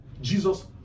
jesus